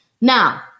Now